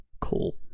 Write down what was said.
Cool